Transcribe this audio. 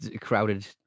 crowded